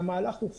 המהלך הוא חובה.